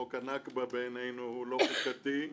חוק הנכבה בעינינו הוא לא חוקתי,